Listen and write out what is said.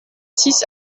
six